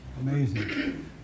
Amazing